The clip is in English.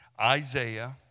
Isaiah